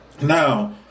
Now